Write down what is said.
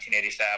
1987